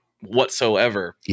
whatsoever